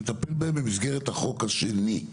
נטפל בהם במסגרת החוק השני.